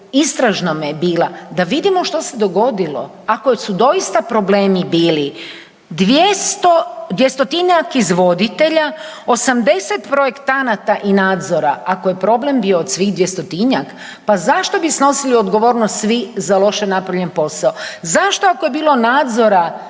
istražnome je bila da vidimo što se dogodilo ako su doista problemi bili 200-tinjak izvoditelja, 80 projektanata i nadzora, ako je problem bio od svih 200-tinjak, pa zašto bi snosili odgovornost svi za loše napravljen posao? Zašto ako je bilo nadzora